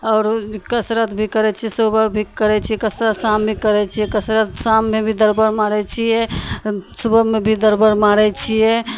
आओर कसरत भी करै छिए सुबह भी करै छिए कसरत शाम भी करै छिए कसरत शाममे भी दरबड़ मारै छिए सुबहमे भी दरबड़ मारै छिए